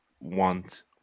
want